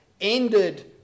ended